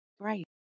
Great